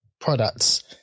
products